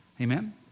amen